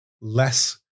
less